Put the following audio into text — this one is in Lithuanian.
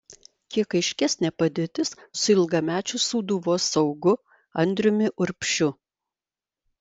kiek aiškesnė padėtis su ilgamečiu sūduvos saugu andriumi urbšiu